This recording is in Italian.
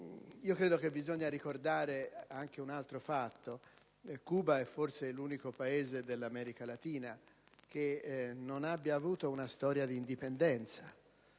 verso Cuba. Bisogna ricordare anche un altro fatto e cioè che Cuba è forse l'unico Paese dell'America Latina che non abbia avuto una storia di indipendenza: